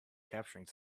capturing